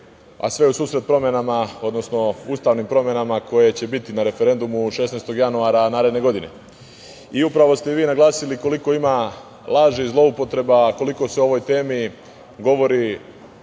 a sve u susret promenama, odnosno ustavnim promenama koje će biti na referendumu od 16. januara naredne godine. Upravo ste vi naglasili koliko ima laži, zloupotreba, koliko se o ovoj temi govori